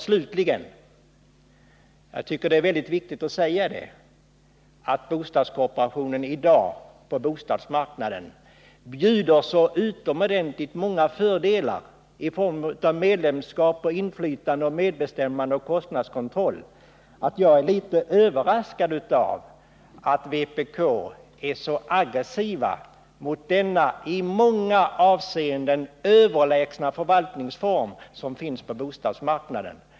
Slutligen tycker jag det är viktigt att säga att bostadskooperationen i dag erbjuder så utomordentligt många fördelar i form av inflytande, medbestämmande och kostnadskontroll att jag är litet överraskad över att vpk är så aggressivt mot denna i många avseenden överlägsna förvaltningsform.